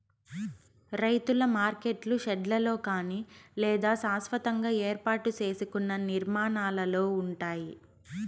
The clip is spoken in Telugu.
రైతుల మార్కెట్లు షెడ్లలో కానీ లేదా శాస్వతంగా ఏర్పాటు సేసుకున్న నిర్మాణాలలో ఉంటాయి